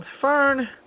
Fern